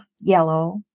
yellow